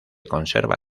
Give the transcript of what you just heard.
conserva